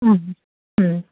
ಹ್ಞೂ ಹ್ಞೂ